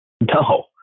No